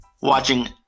watching